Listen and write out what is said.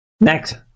Next